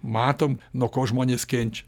matom nuo ko žmonės kenčia